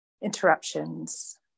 interruptions